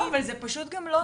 זה פשוט גם לא נכון.